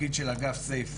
התפקיד של אגף "סייף",